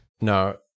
No